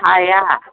हाया